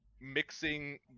mixing